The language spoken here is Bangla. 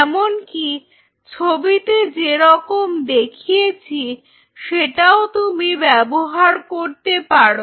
এমনকি ছবিতে যে রকম দেখিয়েছি সেটাও তুমি ব্যবহার করতে পারো